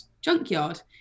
junkyard